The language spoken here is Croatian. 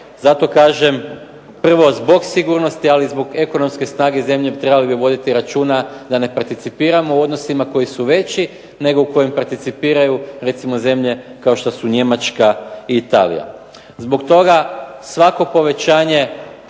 Zato kažem prvo zbog sigurnosti, ali i zbog ekonomske snage zemlje trebali bi voditi računa da ne participiramo u odnosima koji su veći, nego u kojem participiraju recimo zemlje kao što su Njemačka i Italija. Zbog toga svako povećanje